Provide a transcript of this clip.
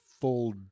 full